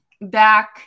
back